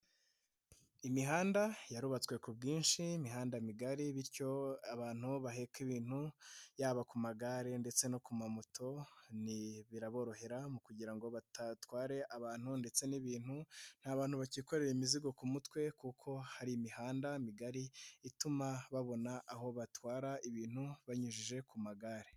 Imihanda yarubatswe ku bwinshi, imihanda migari bityo abantu baheka ibintu, yaba ku magare ndetse no ku ma moto, biraborohera kugira ngo batware abantu ndetse n'ibintu nta bantu bakikoreye imizigo ku mutwe kuko hari imihanda migari, ituma babona aho batwara ibintu banyujije ku magare.